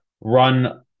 run